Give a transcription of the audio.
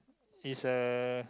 is uh